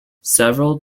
several